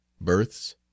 births